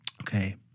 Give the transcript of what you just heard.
okay